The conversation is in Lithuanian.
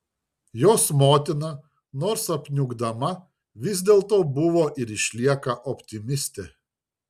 jos motina nors apniukdama vis dėlto buvo ir išlieka optimistė